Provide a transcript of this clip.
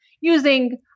using